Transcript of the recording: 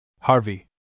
Harvey